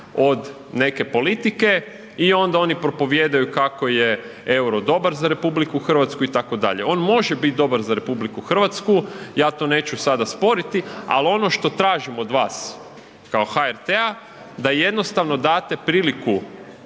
od neke politike i onda oni propovijedaju kako je euro dobar za RH itd. ON može biti dobar za RH, ja to neću sada sporiti ali ono što tražim od vas kao HRT-a, da jednostavno date priliku